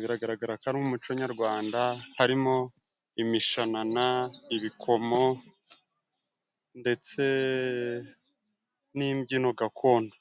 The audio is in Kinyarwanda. biragaragara ko ari umuco nyarwanda harimo imishanana, ibikomo ndetse n'imbyino gakondo.